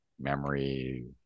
memory